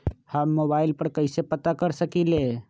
हम मोबाइल पर कईसे पता कर सकींले?